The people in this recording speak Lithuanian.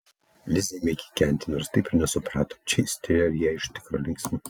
lizė ėmė kikenti nors taip ir nesuprato ar čia isterija ar jai iš tikro linksma